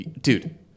dude